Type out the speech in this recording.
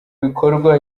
bikorwa